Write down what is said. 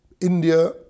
India